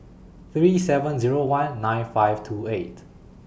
three seven Zero one nine five two eight